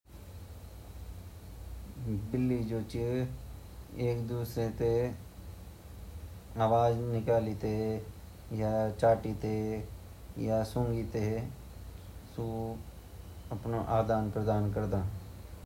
जु बिल्ली छिन उ भी कुत्ते तरहे ही कण प्यार उ भी आपस मा रगड़ रगड़ के योक दूसरा पर चिपक के उ अपो दूसरा ते बतोदा की मतलब गुस्सा प्यार दिखोंदा अर म्यऊ-म्याऊ करके भी उ योक दूसरा ते अप्रु प्यार शो करदा।